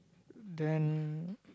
then